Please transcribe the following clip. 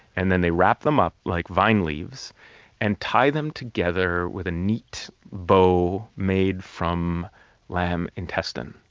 and then they wrap them up like vine leaves and tie them together with a neat bow made from lamb intestine.